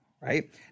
right